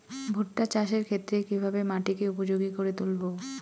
ভুট্টা চাষের ক্ষেত্রে কিভাবে মাটিকে উপযোগী করে তুলবো?